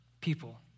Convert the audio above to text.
people